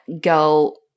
go